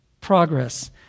progress